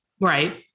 Right